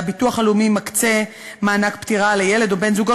כי הביטוח הלאומי מקצה מענק פטירה לילד או לבן-זוגו